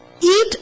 eat